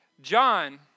John